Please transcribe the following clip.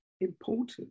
important